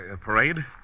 parade